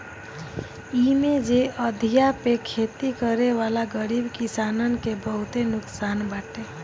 इमे जे अधिया पे खेती करेवाला गरीब किसानन के बहुते नुकसान बाटे